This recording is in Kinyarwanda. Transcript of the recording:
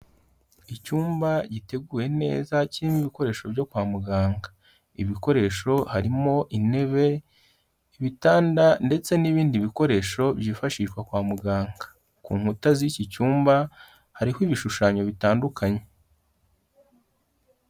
Icyumba giteguyewe neza kirimo ibikoresho byo kwa muganga. Ibikoresho harimo intebe, ibitanda ndetse n'ibindi bikoresho byifashishwa kwa muganga. Ku nkuta z'iki cyumba hariho ibishushanyo bitandukanye.